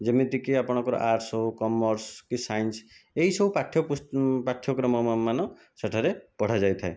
ଯେମିତିକି ଆପଣଙ୍କର ଆଟର୍ସ ହେଉ କମର୍ସ କି ସାଇନ୍ସ ଏହିସବୁ ପାଠ୍ୟ ପୁସ୍ତ ପାଠ୍ୟକ୍ରମ ମାନ ସେଠାରେ ପଢ଼ା ଯାଇଥାଏ